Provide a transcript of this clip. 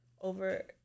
over